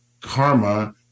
karma